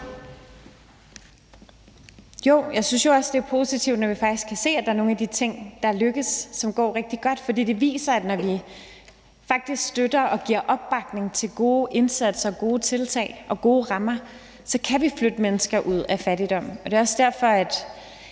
Jo, jeg synes jo også, det er positivt, når vi faktisk kan se, at der er nogle af de ting, der er lykkedes, og som går rigtig godt. For det viser, at når vi faktisk støtter og giver opbakning til gode indsatser, gode tiltag og gode rammer, kan vi flytte mennesker ud af fattigdom. Det er også derfor, jeg